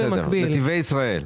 נתיבי ישראל.